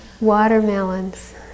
Watermelons